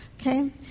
Okay